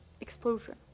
explosion